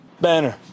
Banner